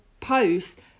post